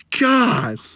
God